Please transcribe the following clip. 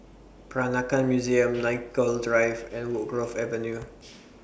Peranakan Museum Nicoll Drive and Woodgrove Avenue